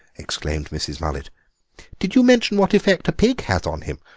exclaimed mrs. mullet did you mention what effect a pig has on him?